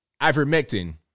ivermectin